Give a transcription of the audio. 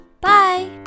Bye